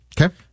Okay